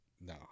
no